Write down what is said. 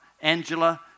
Angela